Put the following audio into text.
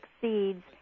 seeds